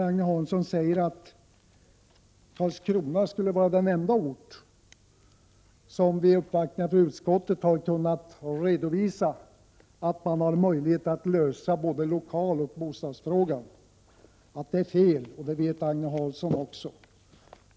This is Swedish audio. Agne Hansson sade att Karlskrona skulle vara den enda ort som vid uppvaktningar för utskottet kunnat redovisa att man har möjlighet att lösa både lokaloch bostadsfrågan. Det är fel, och det vet Agne Hansson också.